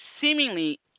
seemingly